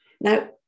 now